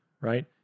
right